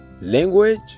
language